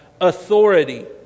authority